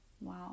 Wow